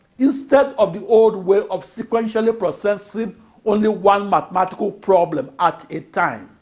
instead of the old way of sequentially processing only one mathematical problem at a time.